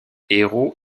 hérault